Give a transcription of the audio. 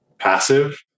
passive